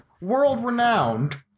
World-renowned